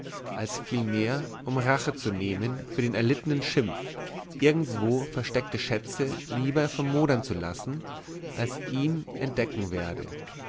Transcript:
als vielmehr um rache zu nehmen für den erlittenen schimpf irgendwo versteckte schätze lieber vermodern lassen als ihm entdecken werde